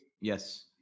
Yes